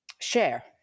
share